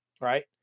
right